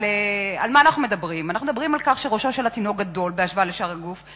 אנחנו מדברים על כך שראשו של התינוק גדול בהשוואה לשאר הגוף,